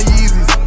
Yeezys